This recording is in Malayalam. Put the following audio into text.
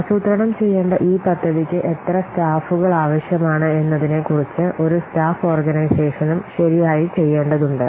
ആസൂത്രണം ചെയ്യേണ്ട ഈ പദ്ധതിക്ക് എത്ര സ്റ്റാഫുകൾ ആവശ്യമാണ് എന്നതിനെക്കുറിച്ച് ഒരു സ്റ്റാഫ് ഓർഗനൈസേഷനും ശരിയായി ചെയ്യേണ്ടതുണ്ട്